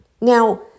Now